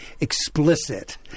explicit